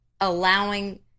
allowing